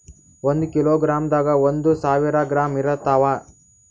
ಒಂದ್ ಕಿಲೋಗ್ರಾಂದಾಗ ಒಂದು ಸಾವಿರ ಗ್ರಾಂ ಇರತಾವ